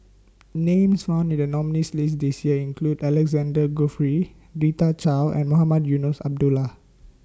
Names found in The nominees' list This Year include Alexander Guthrie Rita Chao and Mohamed Eunos Abdullah